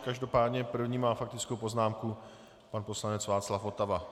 Každopádně první má faktickou poznámku pan poslanec Václav Votava.